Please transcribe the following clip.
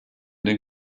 den